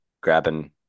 grabbing